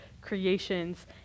creations